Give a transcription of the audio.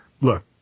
look